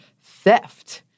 theft